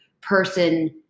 person